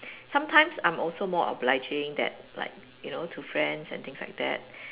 sometimes I'm also more obliging that like you know to friends and things like that